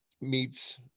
meets